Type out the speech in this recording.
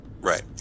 Right